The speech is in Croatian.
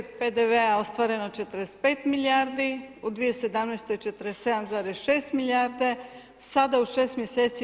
PDV-a ostvareno 45 milijardi, u 2017. 47,6 milijarde, sada u 6 mj.